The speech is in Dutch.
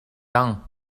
lang